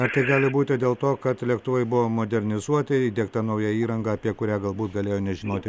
ar tai gali būti dėl to kad lėktuvai buvo modernizuoti įdiegta nauja įranga apie kurią galbūt galėjo nežinoti